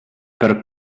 per